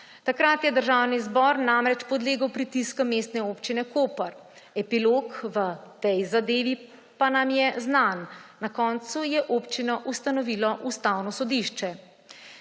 Takrat je Državni zbor namreč podlegel pritiskom Mestne občine Koper. Epilog v tej zadevi pa nam je znan. Na koncu je občino ustanovilo Ustavno sodišče.